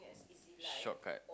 shortcut